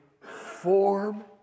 form